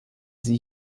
sie